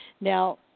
Now